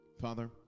Father